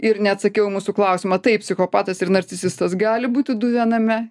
ir neatsakiau į mūsų klausimą taip psichopatas ir narcisistas gali būti du viename